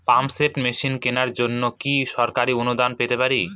Pump set machine কেনার জন্য কি সরকারি অনুদান পেতে পারি?